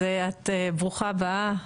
אז ברוכה הבאה.